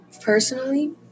personally